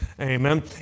amen